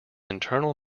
internal